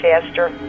faster